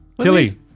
Tilly